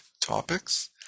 topics